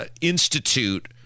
Institute